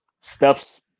stuff's